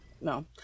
No